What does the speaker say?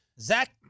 Zach